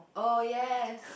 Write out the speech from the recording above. oh yes